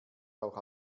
auch